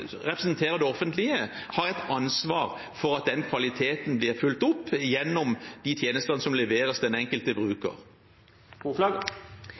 representerer det offentlige, har et ansvar for at den kvaliteten blir fulgt opp gjennom de tjenestene som leveres til den enkelte